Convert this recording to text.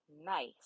Nice